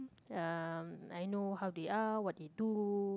uh I know how they are what they do